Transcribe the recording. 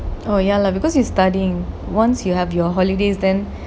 oh ya lah because you studying once you have your holidays then